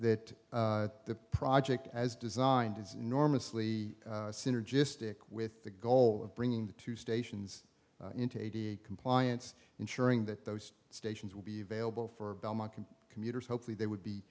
that the project as designed is enormously synergistic with the goal of bringing the two stations into compliance ensuring that those stations will be available for commuters hopefully they would be